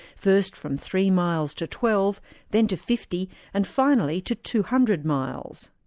first from three miles to twelve then to fifty, and finally to two hundred miles.